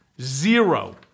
zero